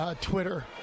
Twitter